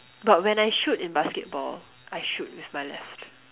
but when I shoot in basketball I shoot with my left